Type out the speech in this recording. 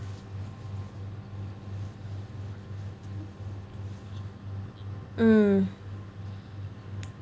mm